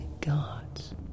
gods